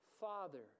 Father